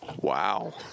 Wow